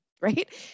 Right